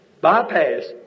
Bypass